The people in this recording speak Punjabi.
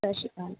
ਸਤਿ ਸ਼੍ਰੀ ਅਕਾਲ